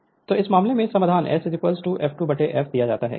Refer Slide Time 2510 तो इस मामले में समाधान S f2 f दिया जाता है